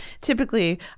Typically